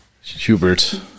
Hubert